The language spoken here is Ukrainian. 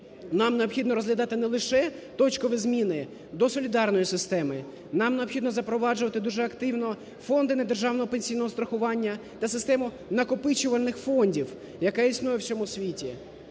нам необхідно розглядати не лише точкові зміни до солідарної системи, нам необхідно запроваджувати дуже активно фонди недержавного пенсійного страхування та систему накопичувальних фондів, яка існує в усьому світі.